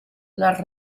les